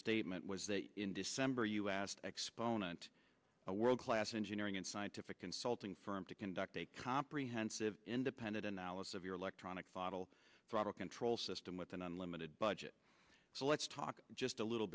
statement was that in december you asked exponent a world class engineering and scientific consulting firm to conduct a comprehensive independent analysis of your electronic bottle control system with an unlimited budget so let's talk just a little